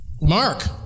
Mark